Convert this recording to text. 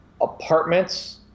apartments